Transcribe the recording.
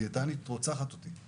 הדיאטנית רוצה להרוג אותי,